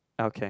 okay